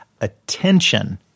attention